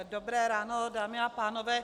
Dobré ráno, dámy a pánové.